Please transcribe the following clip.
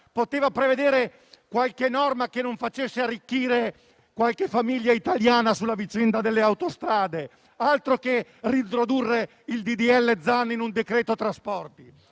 poteva prevedere una norma che non facesse arricchire qualche famiglia italiana sulla vicenda delle autostrade. Altro che riprodurre il disegno di legge Zan in un decreto trasporti!